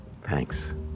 Thanks